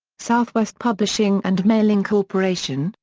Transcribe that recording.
southwest publishing and mailing corporation,